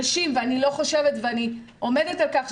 נשים ואני עומדת על כך,